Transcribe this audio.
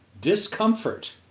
discomfort